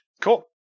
Cool